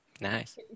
Nice